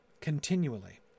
continually